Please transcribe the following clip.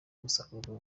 umusaruro